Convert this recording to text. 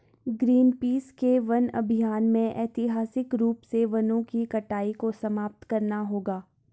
Greenpeace के वन अभियान ने ऐतिहासिक रूप से वनों की कटाई को समाप्त करना होगा